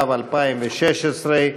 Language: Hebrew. התשע"ו 2016,